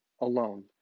alone